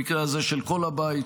במקרה הזה של כל הבית,